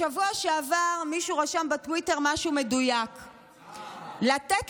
בשבוע שעבר מישהו רשם בטוויטר משהו מדויק: לתת